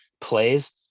plays